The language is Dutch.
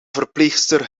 verpleegster